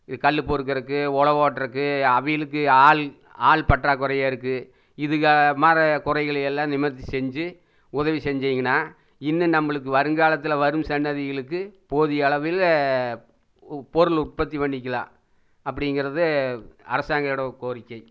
கல் பொறுக்கறுக்கு உழவு ஓட்றதுக்கு அவிங்களுக்கு ஆள் ஆள் பற்றாக்குறையா இருக்கு இது மாதிரி குறைகளயெல்லாம் நிவர்த்தி செஞ்சு உதவி செஞ்சீங்கன்னா இன்னும் நம்மளுக்கு வருங்காலத்தில் வரும் சந்ததிகளுக்கு போதிய அளவில் பொருள் உற்பத்தி பண்ணிக்கலாம் அப்படிங்கிறது அரசாங்கமோட கோரிக்கை